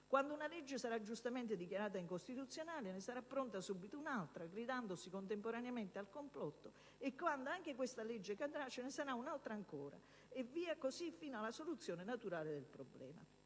Quando una legge sarà giustamente dichiarata incostituzionale, ne sarà pronta subito un'altra, gridandosi contemporaneamente al complotto, e quando anche questa cadrà, ce ne sarà un'altra ed ancora un'altra; e così via, fino alla soluzione naturale del problema.